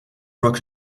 rock